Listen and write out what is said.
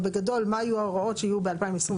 אבל בגדול מה יהיו ההוראות שיהיו ב-2026